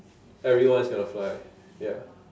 everyone is gonna fly ya